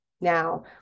Now